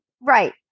Right